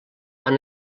han